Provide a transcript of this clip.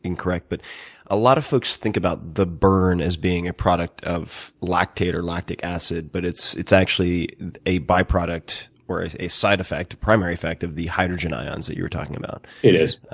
incorrect, but a lot of folks think about the burn as being a product of lactate, or lactic acid, but it's it's actually a byproduct, or a a side effect, a primary effect, of the hydrogen ions that you were talking about. it is.